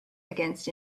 against